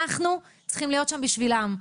אנחנו צריכים להיות שם בשבילם.